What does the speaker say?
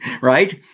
Right